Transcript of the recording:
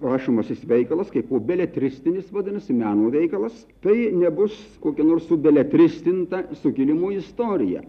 rašomasis veikalas kaip po beletristinis vadinasi meno veikalas tai nebus kokia nors subeletristinta sukilimo istorija